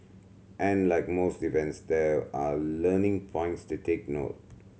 and like most events there are learning points to take note